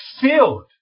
filled